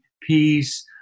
peace